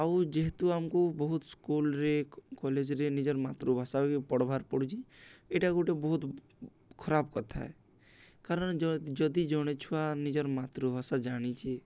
ଆଉ ଯେହେତୁ ଆମକୁ ବହୁତ ସ୍କୁଲ୍ରେ କଲେଜ୍ରେ ନିଜର ମାତୃଭାଷା ପଢ଼୍ବାର୍ ପଡ଼ୁଛି ଏଇଟା ଗୋଟେ ବହୁତ ଖରାପ କଥାଏ କାରଣ ଯଦି ଜଣେ ଛୁଆ ନିଜର ମାତୃଭାଷା ଜାଣିଛେ